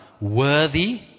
Worthy